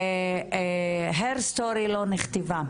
ו- HER STORY לא נכתב.